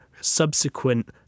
subsequent